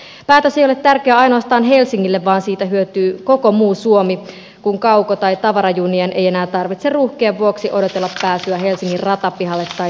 päätös ei ole tärkeä ainoastaan helsingille vaan siitä hyötyy koko muu suomi kun kauko tai tavarajunien ei enää tarvitse ruuhkien vuoksi odotella pääsyä helsingin ratapihalle tai sieltä pois